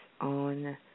on